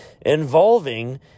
involving